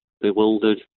bewildered